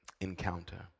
encounter